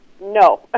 No